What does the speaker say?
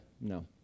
no